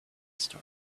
story